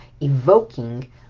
evoking